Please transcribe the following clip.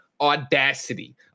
audacity